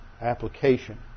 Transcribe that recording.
application